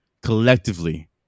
collectively